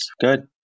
Good